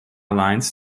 lines